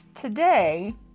today